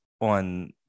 on